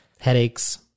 headaches